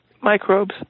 microbes